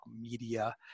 Media